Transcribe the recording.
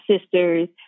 sisters